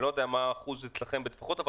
אני לא יודע מה האחוז אצלכם בטפחות אבל